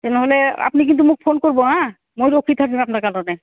তেনেহ'লে আপুনি কিন্তু মোক ফোন কৰিব হাঁ মই ৰখি থাকিম আপোনাৰ কাৰণে